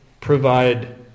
provide